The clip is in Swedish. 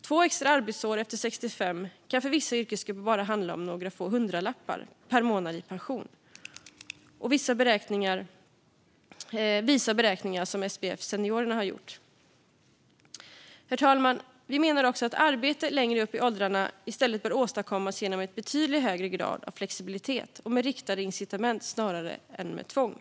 Två extra arbetsår efter 65 kan för vissa yrkesgrupper ge bara några få hundralappar per månad i pension, visar beräkningar som SPF Seniorerna har gjort. Herr talman! Vi menar också att arbete längre upp i åldrarna i stället bör åstadkommas genom en betydligt högre grad av flexibilitet och med riktade incitament snarare än med tvång.